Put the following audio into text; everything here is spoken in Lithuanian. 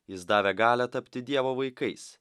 jis davė galią tapti dievo vaikais